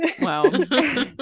Wow